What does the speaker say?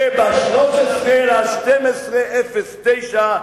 ב-13 בדצמבר 2009,